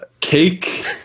cake